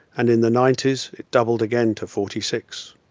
and in the nineties it doubled again to forty six.